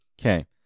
Okay